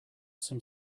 some